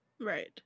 right